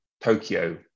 Tokyo